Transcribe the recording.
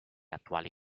attuali